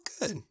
good